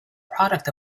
product